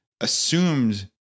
assumed